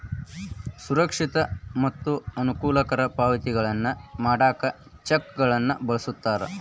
ಸುರಕ್ಷಿತ ಮತ್ತ ಅನುಕೂಲಕರ ಪಾವತಿಗಳನ್ನ ಮಾಡಾಕ ಚೆಕ್ಗಳನ್ನ ಬಳಸ್ತಾರ